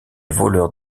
voleurs